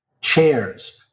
chairs